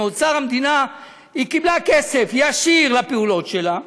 מאוצר המדינה: היא קיבלה כסף ישיר לפעולות שלה,